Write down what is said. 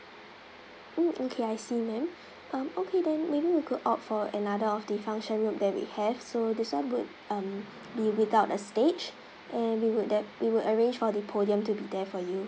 mm okay I see ma'am um okay then maybe you could opt for another of the function room that we have so this [one] would um be without a stage and we would that we would arrange for the podium to be there for you